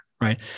right